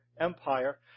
empire